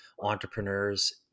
entrepreneurs